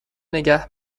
نگه